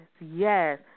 yes